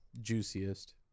juiciest